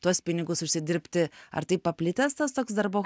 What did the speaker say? tuos pinigus užsidirbti ar taip paplitęs tas toks darbo